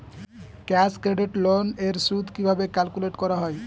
Cash credit loan এর সুদ কিভাবে ক্যালকুলেট করা হয়?